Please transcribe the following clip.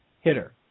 hitter